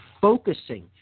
focusing